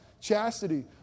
chastity